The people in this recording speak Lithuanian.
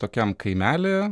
tokiam kaimely